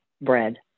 bread